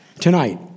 tonight